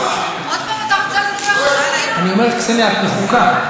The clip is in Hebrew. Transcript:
עוד פעם, אני אומר, קסניה, את מחוקה.